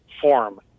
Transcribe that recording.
form